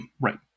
Right